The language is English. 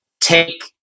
take